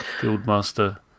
Guildmaster